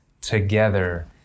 together